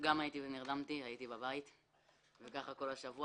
גם הייתי בבית ונרדמתי, וכך כל השבוע.